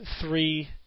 three